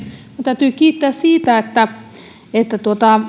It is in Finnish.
täytyy kiittää siitä että että